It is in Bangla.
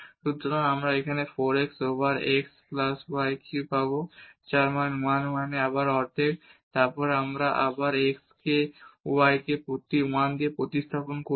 সুতরাং আমরা এখানে 4 x over x plus y cube পাব যার মান 1 1 এ আবার অর্ধেক তারপর আমরা x এবং y কে 1 হিসাবে প্রতিস্থাপন করি